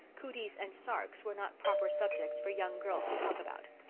cooties and sarks were not proper subjects for young girls to talk about.